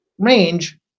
range